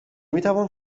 میتوان